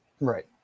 Right